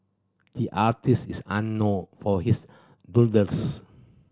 the artist is unknown for his doodles